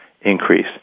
increase